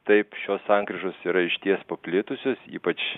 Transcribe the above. taip šios sankryžos yra išties paplitusios ypač